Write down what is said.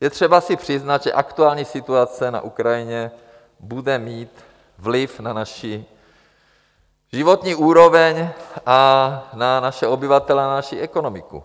Je třeba si přiznat, že aktuální situace na Ukrajině bude mít vliv na naši životní úroveň, na naše obyvatele a na naši ekonomiku.